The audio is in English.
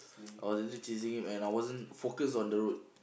I was really chasing him and I wasn't focused on the road